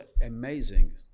amazing